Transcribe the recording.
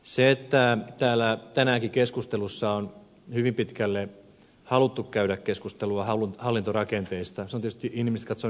se että täällä keskustelussa on tänäänkin hyvin pitkälle haluttu käydä keskustelua hallintorakenteesta on tietysti inhimillisesti katsoen ymmärrettävää